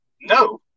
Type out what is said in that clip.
no